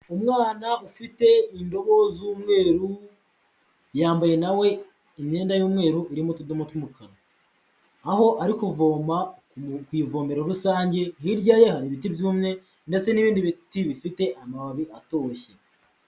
Umwana ufite indobo z'umweru, yambaye na we imyenda y'umweru irimo utudomo tw'umukara, aho ari kuvoma ku ivomero rusange, hirya ye hari ibiti byumye ndetse n'ibindi biti bifite amababi atoshye.